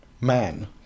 man